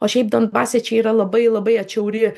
o šiaip donbase čia yra labai labai atšiauri